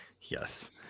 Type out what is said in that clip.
Yes